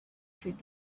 through